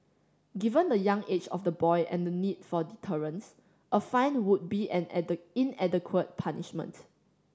given the young age of the boy and the need for deterrence a fine would be an inadequate punishment